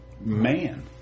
man